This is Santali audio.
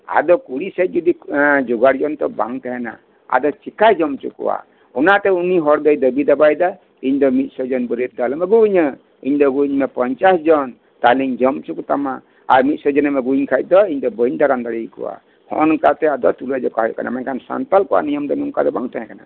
ᱟᱫᱚ ᱠᱩᱲᱤ ᱥᱮᱫ ᱡᱩᱫᱤ ᱡᱚᱜᱟᱲ ᱡᱚᱢ ᱛᱚ ᱵᱟᱝ ᱛᱟᱦᱮᱸᱱᱟ ᱟᱫᱚ ᱪᱮᱠᱟᱭ ᱡᱚᱢ ᱚᱪᱚ ᱠᱚᱣᱟ ᱚᱱᱟᱛᱮ ᱩᱱᱤ ᱦᱚᱲ ᱫᱚᱭ ᱫᱟᱹᱵᱤ ᱫᱟᱵᱟᱭᱮᱫᱟ ᱤᱧ ᱫᱚ ᱢᱤᱫᱥᱳ ᱡᱚᱱ ᱵᱟᱹᱨᱭᱟᱹᱛ ᱫᱚ ᱟᱞᱚᱢ ᱟᱹᱜᱩ ᱟᱹᱧᱟᱹ ᱤᱧ ᱫᱚ ᱟᱹᱜᱩ ᱟᱹᱧᱢᱮ ᱯᱚᱧᱪᱟᱥ ᱡᱚᱱ ᱛᱟᱦᱚᱞᱤᱧ ᱡᱚᱢ ᱚᱪᱚ ᱠᱚᱛᱟᱢᱟ ᱟᱨ ᱢᱤᱫᱥᱳ ᱡᱚᱱᱮᱢ ᱟᱹᱜᱩ ᱟᱹᱧ ᱠᱷᱟᱱ ᱫᱚ ᱵᱟᱹᱧ ᱫᱟᱨᱟᱢ ᱫᱟᱲᱮ ᱟᱠᱚᱭᱟ ᱱᱚᱜ ᱱᱚᱝᱠᱟᱛᱮ ᱟᱫᱚ ᱛᱩᱞᱟᱹ ᱡᱚᱠᱷᱟ ᱦᱩᱭᱩᱜ ᱠᱟᱱᱟ ᱢᱮᱱᱠᱷᱟᱱ ᱥᱟᱱᱛᱟᱲ ᱠᱚᱣᱟᱜ ᱱᱤᱭᱚᱢ ᱫᱚ ᱱᱚᱝᱠᱟ ᱫᱚ ᱵᱟᱝ ᱛᱟᱦᱮᱸ ᱠᱟᱱᱟ